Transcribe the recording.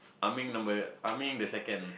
Ah-Meng number Ah-Meng the second